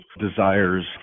desires